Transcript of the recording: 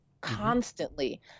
constantly